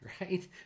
right